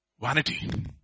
vanity